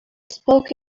spoke